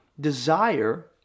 Desire